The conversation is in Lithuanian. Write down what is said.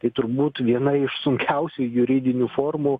tai turbūt viena iš sunkiausių juridinių formų